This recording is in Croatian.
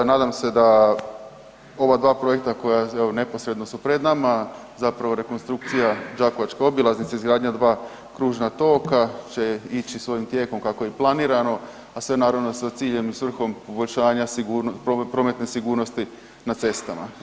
Nadam se da ova dva projekta koja evo neposredno su pred nama, zapravo rekonstrukcija đakovačke obilaznice, izgradnja kružna toka će ići svojim tijekom kako je i planirano, a sve naravno sa ciljem i svrhom poboljšanja sigurnosti, prometne sigurnosti na cestama.